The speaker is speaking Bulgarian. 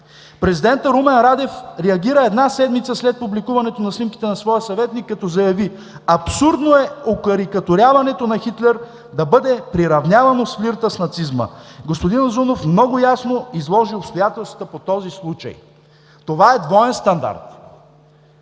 Президентът Румен Радев реагира една седмица след публикуването на снимките на своя съветник, като заяви: „Абсурдно е окарикатуряването на Хитлер да бъде приравнявано с флирта с нацизма.“ Господин Узунов много ясно изложи обстоятелствата по този случай. Това е двоен стандарт.